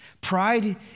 Pride